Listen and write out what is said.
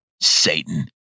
Satan